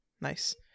nice